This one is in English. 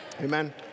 Amen